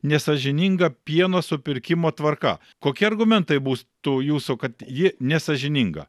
nesąžininga pieno supirkimo tvarka kokie argumentai būtų jūsų kad ji nesąžininga